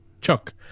Chuck